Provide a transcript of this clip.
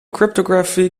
cryptography